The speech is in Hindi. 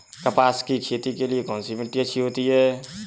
कपास की खेती के लिए कौन सी मिट्टी अच्छी होती है?